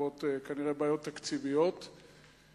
בעקבות בעיות תקציביות כנראה.